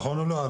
נכון או לא,